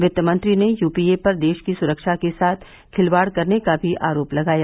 वित्तमंत्री ने यूपीए पर देश की सुरक्षा के साथ खिलवाड़ करने का भी आरोप लगाया